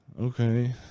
Okay